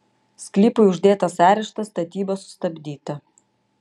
sklypui uždėtas areštas statyba sustabdyta